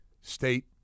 state